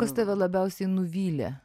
kas tave labiausiai nuvylė